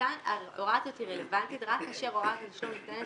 ההוראה הזאת רלוונטית רק כאשר הוראת התשלום ניתנת